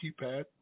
keypad